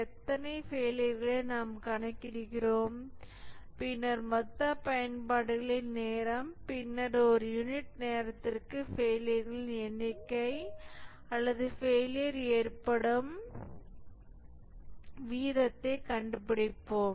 எத்தனை ஃபெயிலியர்களை நாம் கணக்கிடுகிறோம் பின்னர் மொத்த பயன்பாடுகளின் நேரம் பின்னர் ஒரு யூனிட் நேரத்திற்கு ஃபெயிலியர்களின் எண்ணிக்கை அல்லது ஃபெயிலியர் ஏற்படும் வீதத்தைக் கண்டுபிடிப்போம்